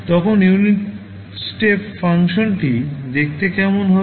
তখন unit step ফাংশনটি দেখতে কেমন হবে